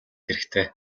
хэрэгтэй